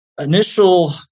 Initial